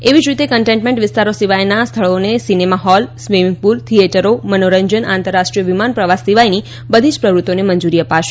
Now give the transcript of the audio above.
એવી જ રીતે કન્ટેનમેન્ટ વિસ્તારો સિવાયના સ્થળોએ સિનેમા હોલ સ્વિમીંગ પુલ થિયેટરો મનોરંજન આંતરરાષ્ટ્રીય વિમાન પ્રવાસ સિવાયની બધી જ પ્રવૃત્તિઓને મંજૂરી અપાશે